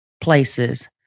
places